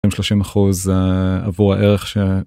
הם 30% עבור הערך ש...